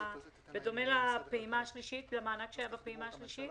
בדומה למענק שהיה בפעימה השלישית?